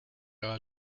your